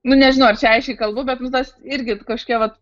nu nežinau ar čia aiškiai kalbu bet nu tas irgi kažkokie vat